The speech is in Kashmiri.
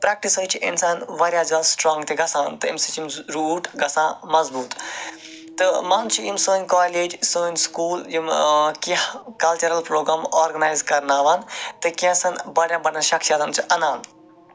پرٮ۪کٹِس سۭتۍ چھُ اِنسان واریاہ زیادٕ سٔٹرونگ تہِ گژھان تہٕ أمۍ سۭتۍ چھِ یِم روٗٹ گژھان مَضبوٗط تہٕ منٛزٕ چھِ یِم سٲنۍ کالٮ۪ج سٲنۍ سٔکوٗل یِم کیٚنہہ کَلچُرَل پروگرام اوٚرگٔنَیِز کرناوان تہٕ کیٚنہہ ژَان بَڑٮ۪ن بَرٮ۪ن شخصیَت چھِ اَنان